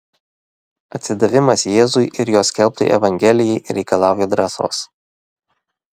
atsidavimas jėzui ir jo skelbtai evangelijai reikalauja drąsos